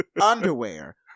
underwear